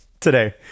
Today